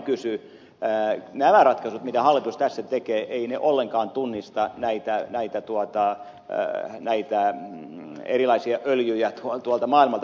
salolainen kysyi nämä ratkaisut mitä hallitus tässä tekee eivät ollenkaan tunnista näitä erilaisia öljyjä tuolta maailmalta tuotuna